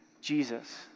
Jesus